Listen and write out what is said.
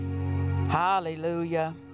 Hallelujah